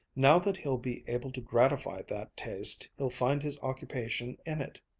now that he'll be able to gratify that taste, he'll find his occupation in it.